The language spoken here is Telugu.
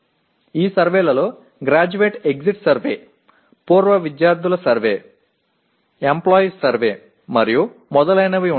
ఈ సర్వేలలో గ్రాడ్యుయేట్ ఎగ్జిట్ సర్వే పూర్వ విద్యార్థుల సర్వే ఎంప్లాయర్ సర్వే మరియు మొదలైనవి ఉంటాయి